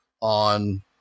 on